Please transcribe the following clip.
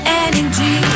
energy